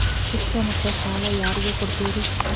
ಶಿಕ್ಷಣಕ್ಕ ಸಾಲ ಯಾರಿಗೆ ಕೊಡ್ತೇರಿ?